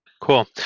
Cool